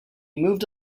moved